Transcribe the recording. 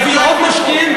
נביא עוד משקיעים,